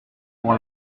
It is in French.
pour